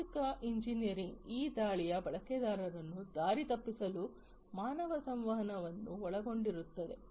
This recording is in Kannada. ಸಾಮಾಜಿಕ ಎಂಜಿನಿಯರಿಂಗ್ ಈ ದಾಳಿಯು ಬಳಕೆದಾರರನ್ನು ದಾರಿ ತಪ್ಪಿಸಲು ಮಾನವ ಸಂವಹನವನ್ನು ಒಳಗೊಂಡಿರುತ್ತದೆ